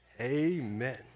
Amen